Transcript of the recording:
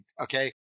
Okay